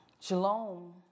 Shalom